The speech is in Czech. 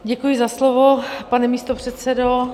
Děkuji za slovo, pane místopředsedo.